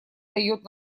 дает